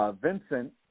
Vincent